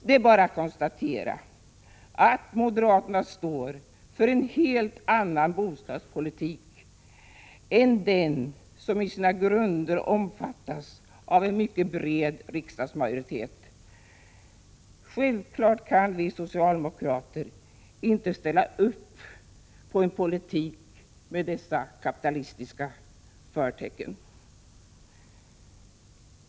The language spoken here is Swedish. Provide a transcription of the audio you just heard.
Det är bara att konstatera att moderaterna står för en helt annan bostadspolitik än den som i sina grunder omfattas av en mycket bred riksdagsmajoritet. Självfallet kan vi socialdemokrater inte ställa oss bakom en politik med dessa kapitalistiska förtecken.